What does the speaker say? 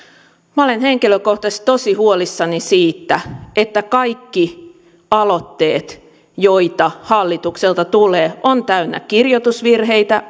minä olen henkilökohtaisesti tosi huolissani siitä että kaikki aloitteet joita hallitukselta tulee ovat täynnä kirjoitusvirheitä